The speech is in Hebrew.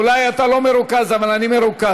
אולי אתה לא מרוכז, אבל אני מרוכז.